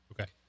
Okay